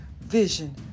vision